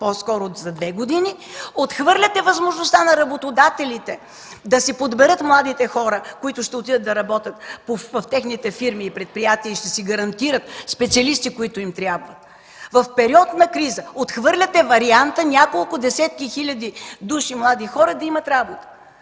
минимум за две години работа. Отхвърляте възможността на работодателите да си подберат младите хора, които ще отидат да работят в техните фирми и предприятия и ще си гарантират специалисти, които им трябват. В период на криза отхвърляте варианта няколко десетки хиляди млади хора да имат работа.